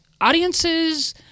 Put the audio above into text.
Audiences